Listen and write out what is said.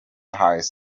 highest